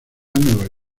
nueva